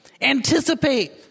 Anticipate